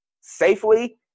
safely